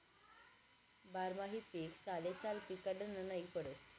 बारमाही पीक सालेसाल पिकाडनं नै पडस